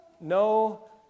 no